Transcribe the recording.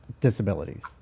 disabilities